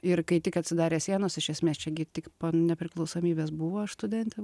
ir kai tik atsidarė sienos iš esmės čia gi tik po nepriklausomybės buvo aš studentė